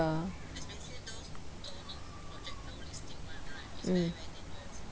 mm